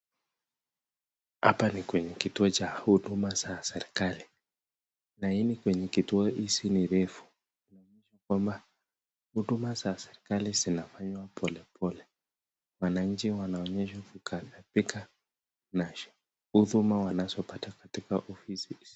Hapa ni kwenye kituo cha huduma za serikali, laini kwenye kituo hizi ni refu. Kumaanisha kwamba huduma za serikali zinafanywa polepole, wananchi wanaonyesha kugathabika na huduma wanazopata katika ofisi hizi.